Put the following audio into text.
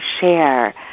share